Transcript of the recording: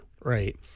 right